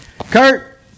Kurt